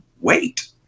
wait